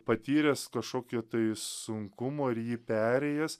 patyręs kašokio tai sunkumo ir jį perėjęs